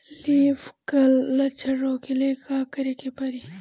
Leaf curl लक्षण रोकेला का करे के परी?